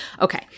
Okay